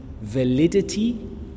validity